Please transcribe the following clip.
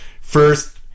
first